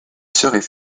serait